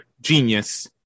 genius